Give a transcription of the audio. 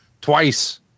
Twice